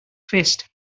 fist